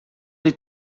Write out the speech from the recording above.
les